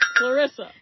Clarissa